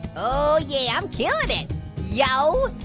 oh yeah, i'm killing it yo.